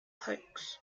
hoax